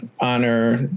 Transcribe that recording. honor